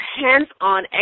hands-on